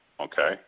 Okay